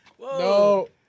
No